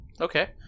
Okay